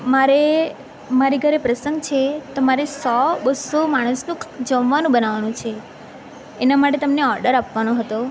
મારે મારી ઘરે પ્રસંગ છે તો મારે સો બસો માણસનું જમવાનું બનાવવાનું છે એના માટે તમને ઓર્ડર આપવાનો હતો